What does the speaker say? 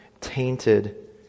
tainted